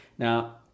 Now